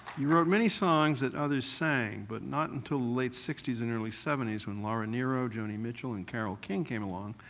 you wrote many songs that others sang, but not until late sixty s and early seventy s when laura nyro, joni mitchell, and carole king came along,